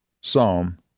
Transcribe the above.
Psalm